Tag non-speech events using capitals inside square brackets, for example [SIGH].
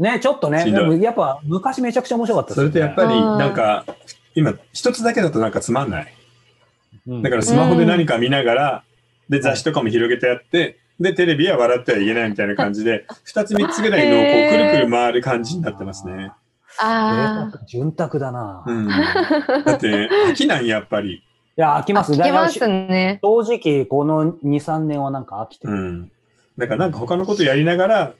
ね、ちょっとね、しんどい。でもやっぱ昔めちゃくちゃ面白かったですよね。それとやっぱりなんか、うん。今、一つだけだとなんかつまんない。うん。だからスマホで何か見ながら、うん。で、雑誌とかも広げてやって、うん。で、テレビは笑ってはいけないみたいな感じで、 [LAUGHS] 二つ、三つぐらいのこう、へー。くるくる回る感じになってますね。贅沢、あー。潤沢だな。うん。だってね、飽きない、やっぱり。いや、飽きます。飽きますね。正直、この二、三年はなんか飽きてる。うん。だからなんか他のことやりながら、